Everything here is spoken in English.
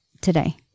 today